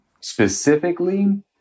Specifically